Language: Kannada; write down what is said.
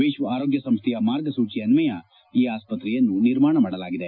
ವಿಶ್ವ ಆರೋಗ್ಲ ಸಂಸ್ನೆಯ ಮಾರ್ಗಸೂಚಿ ಅನ್ನಯ ಈ ಆಸ್ಸತ್ತೆಯನ್ನು ನಿರ್ಮಾಣ ಮಾಡಲಾಗಿದೆ